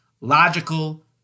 logical